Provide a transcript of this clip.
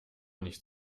nicht